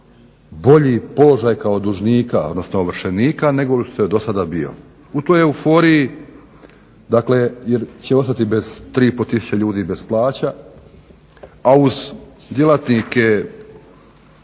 bolji položaj kao dužnika, odnosno ovršenika nego li što je do sada bio. U toj euforiji, dakle jer će ostati bez, 3,5 tisuće ljudi bez plaća a uz djelatnike